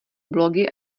blogy